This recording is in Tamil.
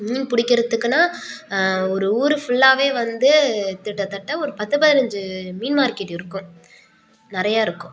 மீன் பிடிக்கிறத்துக்குனா ஒரு ஊர் ஃபுல்லாகவே வந்து கிட்டதட்ட ஒரு பத்து பதினஞ்சு மீன் மார்க்கெட் இருக்கும் நிறைய இருக்கும்